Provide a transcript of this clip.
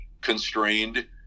constrained